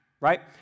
Right